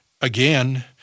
again